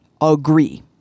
agree